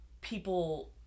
people